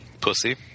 Pussy